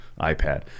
ipad